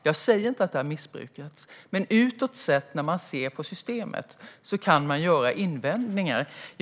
Jag säger inte att det har missbrukats, men när man ser det utifrån kan man göra invändningar mot systemet.